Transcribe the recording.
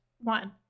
one